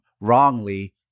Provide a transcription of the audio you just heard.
wrongly